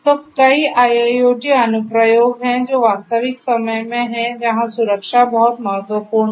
तो कई आईआईओटी अनुप्रयोग हैं जो वास्तविक समय में हैं जहां सुरक्षा बहुत महत्वपूर्ण है